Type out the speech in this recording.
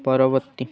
ପରବର୍ତ୍ତୀ